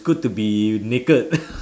good to be naked